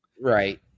right